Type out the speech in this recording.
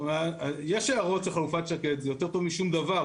יש הערות של חלופת שקד, זה יותר טוב משום דבר.